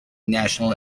national